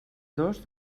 dos